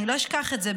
אני לא אשכח את זה,